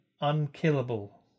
unkillable